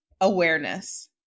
awareness